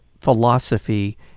philosophy